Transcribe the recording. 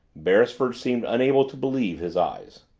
beresford seemed unable to believe his eyes.